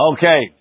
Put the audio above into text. Okay